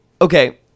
okay